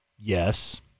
Yes